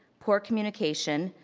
poor communication,